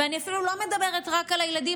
ואני אפילו לא מדברת רק על הילדים,